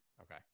Okay